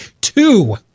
two